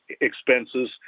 expenses